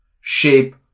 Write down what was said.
shape